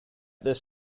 this